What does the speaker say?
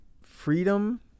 freedom